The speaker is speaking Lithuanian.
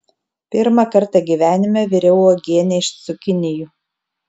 pirmą kartą gyvenime viriau uogienę iš cukinijų